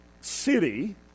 city